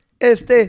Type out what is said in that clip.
Este